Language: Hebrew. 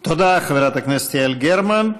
תודה, חברת הכנסת יעל גרמן.